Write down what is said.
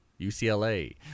UCLA